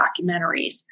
documentaries